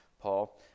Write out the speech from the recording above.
Paul